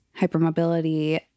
hypermobility